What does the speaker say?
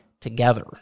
together